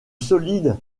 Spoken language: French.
solide